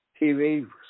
TV